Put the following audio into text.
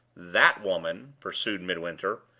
that woman, pursued midwinter,